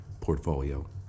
portfolio